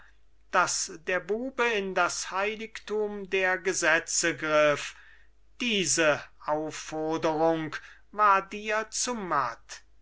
daß der bube in das heiligtum der gesetze griff diese aufforderung war dir zu matt